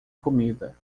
comida